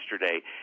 yesterday